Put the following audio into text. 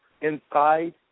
inside